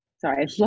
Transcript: sorry